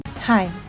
Hi